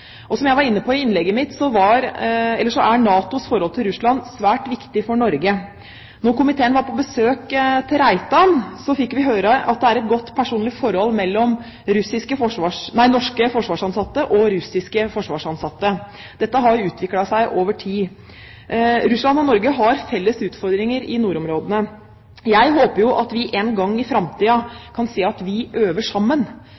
Som jeg var inne på i innlegget mitt, er NATOs forhold til Russland svært viktig for Norge. Da komiteen var på besøk på Reitan, fikk vi høre at det er et godt personlig forhold mellom norske forsvarsansatte og russiske forsvarsansatte. Dette har utviklet seg over tid. Russland og Norge har felles utfordringer i nordområdene. Jeg håper at vi en gang i framtiden kan se at vi øver sammen,